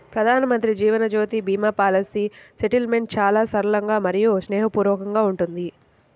ప్రధానమంత్రి Jeevan Jyoti Bima policy settlement చాలా సరళంగా మరియు స్నేహపూర్వకంగా ఉంటుంది